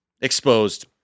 exposed